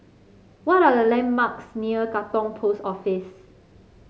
what are the landmarks near Katong Post Office